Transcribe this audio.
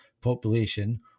population